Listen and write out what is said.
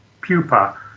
pupa